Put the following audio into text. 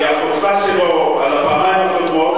כי החוצפה שלו על הפעמיים הקודמות.